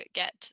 get